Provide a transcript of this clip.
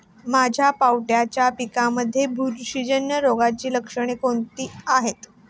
माझ्या पावट्याच्या पिकांमध्ये बुरशीजन्य रोगाची लक्षणे कोणती आहेत?